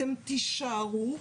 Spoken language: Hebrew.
אתם תישארו,